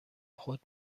خود